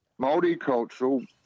multicultural